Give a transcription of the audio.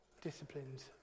disciplines